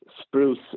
Spruce